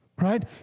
Right